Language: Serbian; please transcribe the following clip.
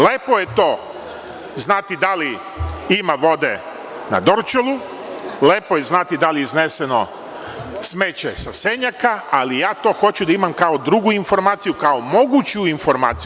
Lepo je to znati da li ima vode na Dorćolu, lepo je znati da li je iznešeno smeće sa Senjaka, ali ja to hoću da imam kao drugu informaciju, kao moguću informaciju.